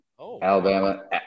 Alabama